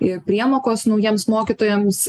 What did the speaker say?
i priemokos naujiems mokytojams